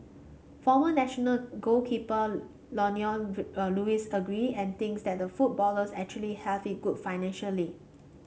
former national goalkeeper Lionel Lewis agree and thinks that footballers actually have it good financially